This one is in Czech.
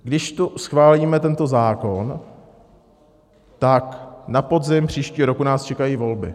Když tu schválíme tento zákon, tak na podzim příštího roku nás čekají volby.